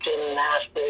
gymnastics